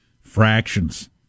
Fractions